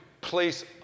place